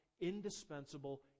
indispensable